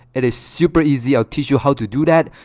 it is super easy i'll teach you how to do that.